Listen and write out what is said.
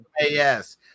Yes